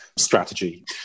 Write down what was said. Strategy